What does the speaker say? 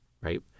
right